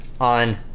on